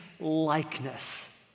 likeness